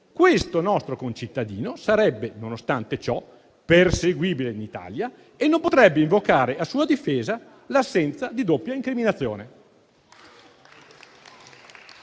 questo nostro concittadino, nonostante ciò, sarebbe perseguibile in Italia e non potrebbe invocare a sua difesa l'assenza di doppia incriminazione.